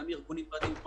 גם עם ארגון א.מ.א.